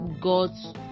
God's